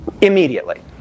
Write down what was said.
immediately